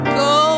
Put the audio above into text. go